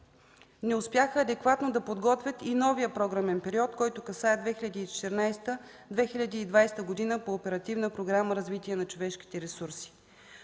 не успяха адекватно да подготвят и новия програмен период, който касае 2014-2020 г. по Оперативна програма „Развитие на човешките ресурси”.